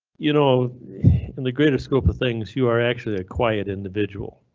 you know in the greater scope of things you are actually a quiet individual.